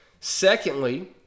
Secondly